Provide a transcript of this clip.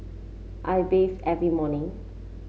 I bathe every morning